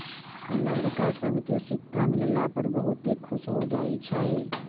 लइरका सभके सिक्का मिलला पर बहुते खुश हो जाइ छइ